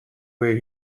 where